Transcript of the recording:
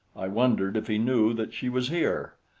i wondered if he knew that she was here.